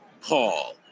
Paul